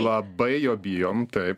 labai jo bijom taip